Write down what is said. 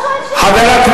מה עובר עליהם,